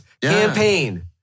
campaign